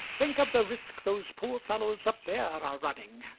think of the risk those poor fellows up there are running!